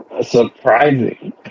Surprising